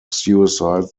suicide